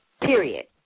Period